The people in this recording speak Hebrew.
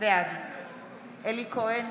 בעד אלי כהן,